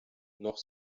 noch